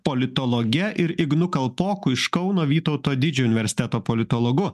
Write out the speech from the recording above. politologe ir ignu kalpoku iš kauno vytauto didžiojo universiteto politologu